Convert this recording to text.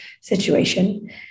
Situation